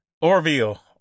Orville